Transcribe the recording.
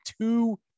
two